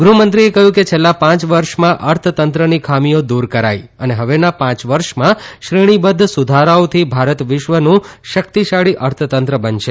ગૃહમંત્રી એ કહ્યું કે છેલ્લાં પાંચ વર્ષમાં ર્થતંત્રની ખામીઓ દૂર કરાઈ ને હવેના પાંચ વર્ષમાં શ્રેણીબદ્વ સુધારાઓથી ભારત વિશ્વનું શક્તિશાળી ર્થતંત્ર બનશે